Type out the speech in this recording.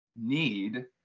need